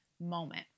moment